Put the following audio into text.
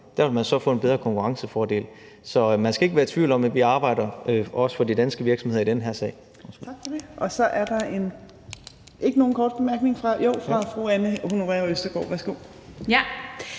vil man så få en konkurrencefordel. Så man skal ikke være i tvivl om, at vi også arbejder for de danske virksomheder i den her sag.